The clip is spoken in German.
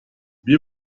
wir